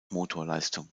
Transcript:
motorleistung